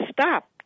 stop